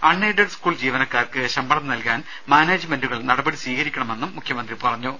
അൺ aided school ജീവനക്കാർക്ക് ശമ്പളം നൽകാൻ മാനേജ്മെന്റുകൾ നടപടി സ്വീകരിക്കണമെന്നും മുഖ്യമന്ത്രി പറഞ്ഞു